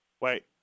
Wait